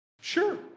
Sure